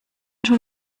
schon